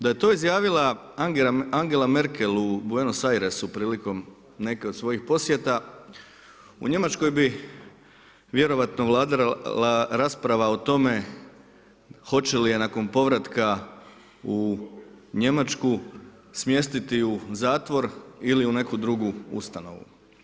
Da je to izjavila Angela Merkel u Buenos Airesu prilikom neke od svojih posjeta u Njemačkoj bi vjerojatno vladala rasprava o tome hoće li je nakon povratka u Njemačku smjestiti u zatvor ili u neku drugu ustanovu.